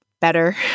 better